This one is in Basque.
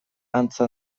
antza